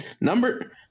number